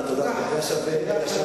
תודה, זאב.